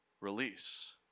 release